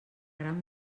gran